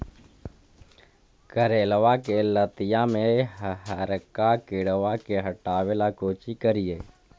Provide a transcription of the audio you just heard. करेलबा के लतिया में हरका किड़बा के हटाबेला कोची करिए?